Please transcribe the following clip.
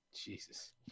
jesus